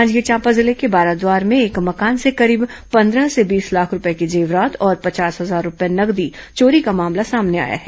जांजगीर चांपा जिले के बाराद्वार में एक मकान से करीब पंद्रह से बीस लाख रूपये के जेवरात और पचास हजार रूपये नगदी चोरी का मामला सामने आया है